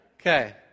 Okay